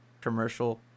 commercial